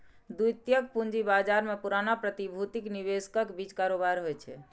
द्वितीयक पूंजी बाजार मे पुरना प्रतिभूतिक निवेशकक बीच कारोबार होइ छै